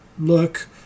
look